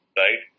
right